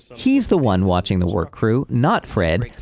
he's the one watching the work crew, not fred.